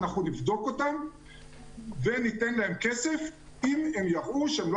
אנחנו נבדוק אותה וניתן להן כסף אם הן יראו שהם לא